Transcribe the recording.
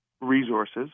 resources